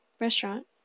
restaurant